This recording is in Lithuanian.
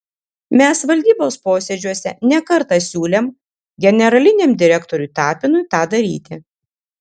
mes valdybos posėdžiuose ne kartą siūlėm generaliniam direktoriui tapinui tą daryti